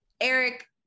eric